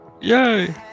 Yay